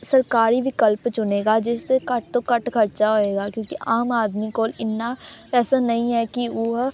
ਸਰਕਾਰੀ ਵਿਕਲਪ ਚੁਣੇਗਾ ਜਿਸ 'ਤੇ ਘੱਟ ਤੋਂ ਘੱਟ ਖਰਚਾ ਹੋਏਗਾ ਕਿਉਂਕਿ ਆਮ ਆਦਮੀ ਕੋਲ ਇੰਨਾ ਪੈਸਾ ਨਹੀਂ ਹੈ ਕਿ ਉਹ